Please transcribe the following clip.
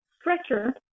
stretcher